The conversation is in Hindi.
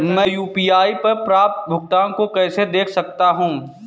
मैं यू.पी.आई पर प्राप्त भुगतान को कैसे देख सकता हूं?